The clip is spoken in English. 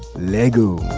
leggo!